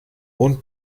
und